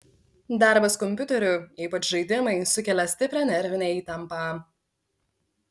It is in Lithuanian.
darbas kompiuteriu ypač žaidimai sukelia stiprią nervinę įtampą